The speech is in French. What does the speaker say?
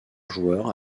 joueur